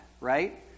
right